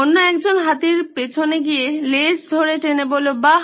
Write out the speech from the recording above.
অন্য একজন হাতির পিছনে গিয়ে লেজ ধরে টেনে বলল বাহ